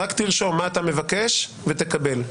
רק תרשום מה אתה מבקש ותקבל.